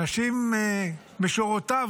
אנשים משורותיו,